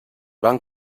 van